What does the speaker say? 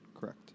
Correct